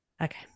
Okay